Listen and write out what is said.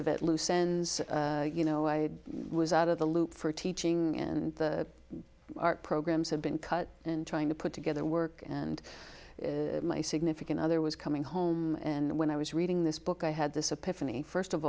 of at loose ends you know i was out of the loop for teaching in the art programs have been cut in trying to put together work and my significant other was coming home and when i was reading this book i had this epiphany first of